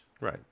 Right